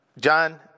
John